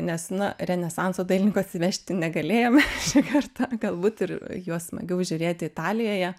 nes na renesanso dailininko atsivežti negalėjome šį kartą galbūt ir juos smagiau žiūrėti italijoje